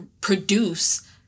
produce